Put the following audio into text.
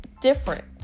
different